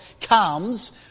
comes